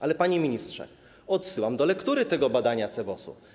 Ale, panie ministrze, odsyłam do lektury tego badania CBOS.